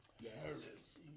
Yes